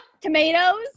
Tomatoes